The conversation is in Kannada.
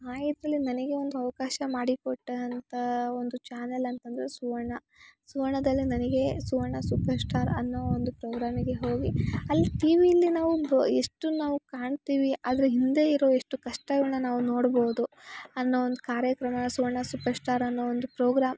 ಆ ಇದರಲ್ಲಿ ನನಗೆ ಒಂದು ಅವಕಾಶ ಮಾಡಿಕೊಟ್ಟಂಥ ಒಂದು ಚಾನೆಲ್ ಅಂತಂದರೆ ಸುವರ್ಣ ಸುವರ್ಣದಲ್ಲಿ ನನಗೆ ಸುವರ್ಣ ಸೂಪರ್ ಸ್ಟಾರ್ ಅನ್ನೋ ಒಂದು ಪ್ರೋಗ್ರಾಮಿಗೆ ಹೋಗಿ ಅಲ್ಲಿ ಟಿ ವೀಲಿ ನಾವು ಬ್ ಎಷ್ಟು ನಾವು ಕಾಣ್ತೀವಿ ಅದ್ರ ಹಿಂದೆ ಅದ್ರ ಇರೋ ಎಷ್ಟು ಕಷ್ಟಗಳ್ನ ನಾವು ನೋಡ್ಬೌದು ಅನ್ನೋ ಒಂದು ಕಾರ್ಯಕ್ರಮ ಸುವರ್ಣ ಸೂಪರ್ ಸ್ಟಾರ್ ಅನ್ನೋ ಒಂದು ಪ್ರೋಗ್ರಾಮ್